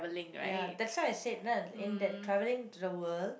ya that's why I say then in that traveling to the world